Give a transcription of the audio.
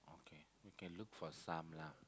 okay we can look for some lah